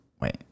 wait